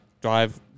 drive